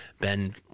ben